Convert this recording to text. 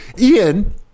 Ian